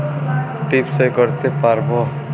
টিপ সই করতে পারবো?